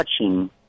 touching